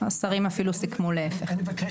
לא נראה לי שכך אנחנו צריכים לבוא לעבודה.